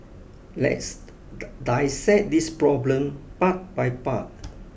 let's dissect this problem part by part